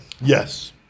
Yes